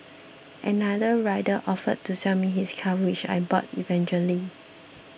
another rider offered to sell me his car which I bought eventually